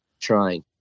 trying